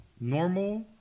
normal